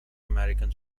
american